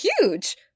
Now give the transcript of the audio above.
huge